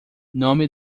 nome